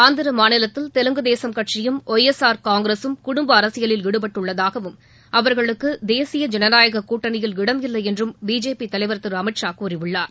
ஆந்திர மாநிலத்தில் தெலுங்கு தேசம் கட்சியும் Y S R காங்கிரஸும் குடும்ப அரசியலில் ஈடுபட்டுள்ளதாகவும் அவர்களுக்கு தேசிய ஜளநாயகக் கூட்டனியில் இடமில்லை என்றும் பிஜேபி தலைவர் திரு அமித்ஷா கூறியுள்ளார்